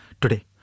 today